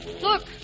Look